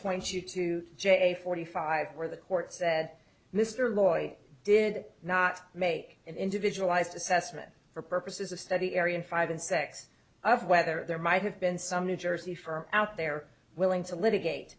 point you to j forty five where the court said mr lloyd did not make an individualized assessment for purposes of study area five and six of whether there might have been some new jersey for out there willing to litigate